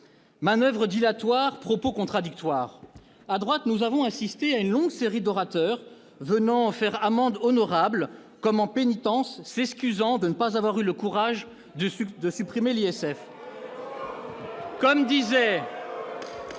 Manoeuvres dilatoires, propos contradictoires ... À droite, nous avons vu une longue série d'orateurs venir faire amende honorable, comme en pénitence, s'excusant de n'avoir pas eu le courage de supprimer l'ISF. Mais